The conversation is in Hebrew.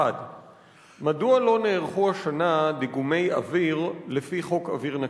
1. מדוע לא נערכו השנה דיגומי אוויר לפי חוק אוויר נקי?